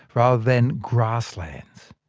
rather than grasslands.